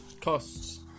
costs